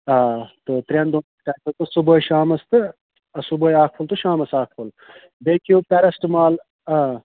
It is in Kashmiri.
آ تہٕ ترٛٮ۪ن دۄہن صُبحٲے شامَس تہٕ صُبحٲے اَکھ پھوٚل تہٕ شامَس اَکھ پھوٚل بیٚیہِ کھیٚیِو پیرٮ۪سٹٕمال